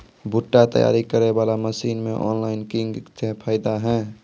भुट्टा तैयारी करें बाला मसीन मे ऑनलाइन किंग थे फायदा हे?